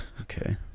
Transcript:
Okay